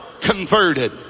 converted